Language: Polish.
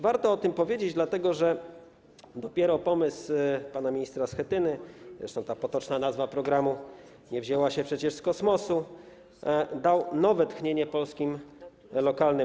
Warto o tym powiedzieć, dlatego że dopiero pomysł pana ministra Schetyny - zresztą ta potoczna nazwa programu nie wzięła się przecież z kosmosu - dał nowe tchnienie polskim drogom lokalnym.